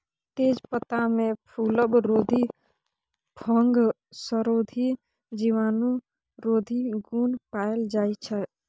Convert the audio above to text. तेजपत्तामे फुलबरोधी, फंगसरोधी, जीवाणुरोधी गुण पाएल जाइ छै